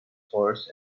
horse